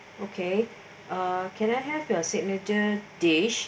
okay uh can I have your signature dish